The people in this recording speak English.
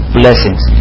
blessings